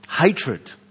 Hatred